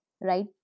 right